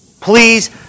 Please